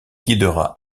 guidera